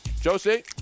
Josie